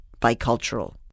bicultural